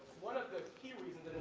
one of the key reasons,